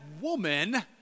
woman